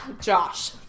Josh